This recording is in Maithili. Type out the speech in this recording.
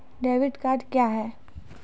डेबिट कार्ड क्या हैं?